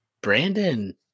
brandon